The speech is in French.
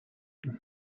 elles